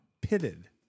pitted